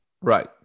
right